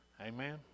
Amen